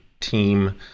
team